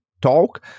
talk